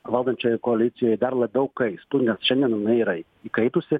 valdančiojoj koalicijoj dar labiau kaistų nes šiandien jinai yra įkaitusi